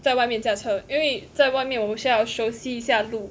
在外面驾车因为在外面我需要熟悉一下路